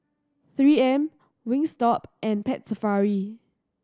Three M Wingstop and Pet Safari